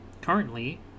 currently